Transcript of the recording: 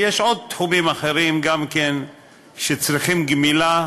ויש עוד תחומים אחרים שצריכים גמילה,